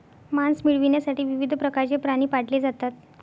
मांस मिळविण्यासाठी विविध प्रकारचे प्राणी पाळले जातात